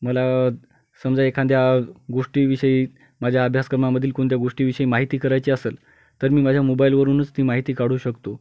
मला समजा एखाद्या गोष्टीविषयी माझ्या अभ्यासक्रमामधील कोणत्या गोष्टीविषयी माहिती करायची असेल तर मी माझ्या मोबाईलवरूनच ती माहिती काढू शकतो